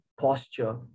posture